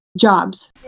jobs